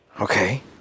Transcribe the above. Okay